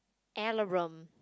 alarum